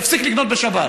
יפסיק לקנות בשבת.